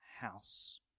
house